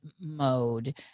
mode